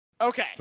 okay